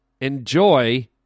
enjoy